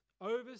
over